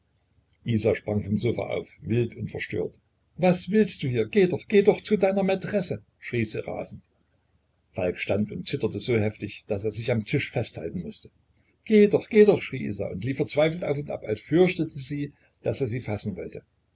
isa sprang vom sofa auf wild und verstört was willst du hier geh doch geh doch zu deiner maitresse schrie sie rasend falk stand und zitterte so heftig daß er sich am tisch festhalten mußte geh doch geh doch schrie isa und lief verzweifelt auf und ab als fürchtete sie daß er sie fassen wollte